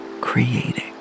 creating